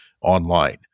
online